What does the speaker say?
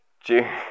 June